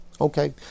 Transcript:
Okay